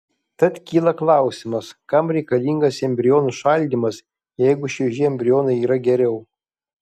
tad kyla klausimas kam reikalingas embrionų šaldymas jeigu švieži embrionai yra geriau